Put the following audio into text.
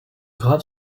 graves